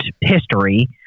history